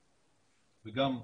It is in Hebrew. וגם,